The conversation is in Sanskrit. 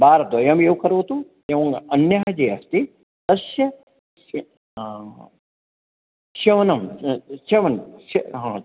वारद्वयमेव करोतु एवं अन्यः ये अस्ति तस्य सेवनं सेवनं